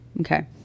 Okay